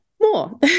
more